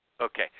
Okay